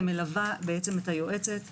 ומלווה את היועצת בנושא.